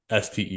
STE